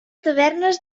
tavernes